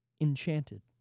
Enchanted